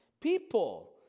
people